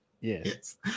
Yes